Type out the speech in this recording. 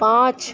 پانچ